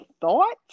thought